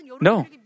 No